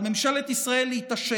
על ממשלת ישראל להתעשת,